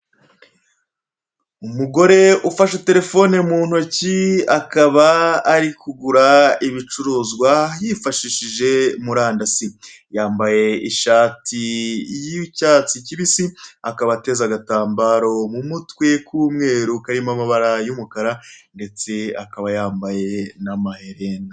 Umugore ufashe telefone mu ntoki akaba ari kugura ibicuruzwa yifashishije murandasi, yambaye ishati y'icyatsi kibisi, akabateza agatambaro mu mutwe k'umweru karimo amabara y'umukara ndetse akaba yambaye n'amaherena.